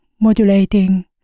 modulating